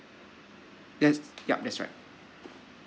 yes yup that's right